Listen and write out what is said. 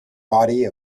body